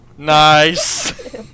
Nice